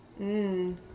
Mmm